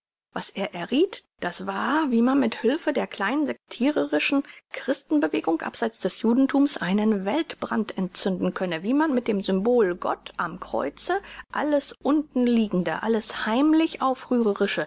was er errieth das war wie man mit hülfe der kleinen sektirerischen christen bewegung abseits des judenthums einen weltbrand entzünden könne wie man mit dem symbol gott am kreuze alles unten liegende alles